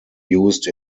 used